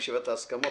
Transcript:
בישיבת ההסכמות,